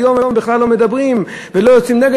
היום הם בכלל לא מדברים ולא יוצאים נגד.